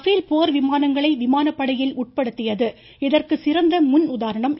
பேல் போர் விமானங்களை விமானப்படையில் உட்படுத்தியது இதந்கு சிறந்த முன் உதாரணம் என்றார்